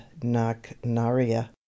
Naknaria